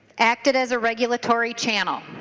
acted as a regulatory channel.